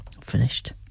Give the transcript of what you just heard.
finished